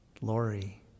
Lori